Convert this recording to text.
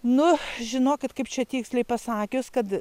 nu žinokit kaip čia tiksliai pasakius kad